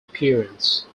appearance